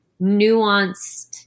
nuanced